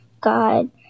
God